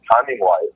timing-wise